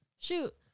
Shoot